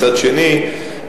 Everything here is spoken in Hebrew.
מצד שני,